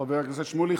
חבר הכנסת שמולי.